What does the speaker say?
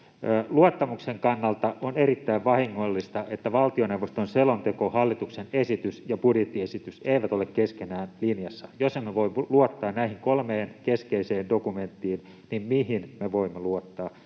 Luottamuksen kannalta on erittäin vahingollista, että valtioneuvoston selonteko, hallituksen esitys ja budjettiesitys eivät ole keskenään linjassa. Jos emme voi luottaa näihin kolmeen keskeiseen dokumenttiin, niin mihin me voimme luottaa?